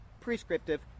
prescriptive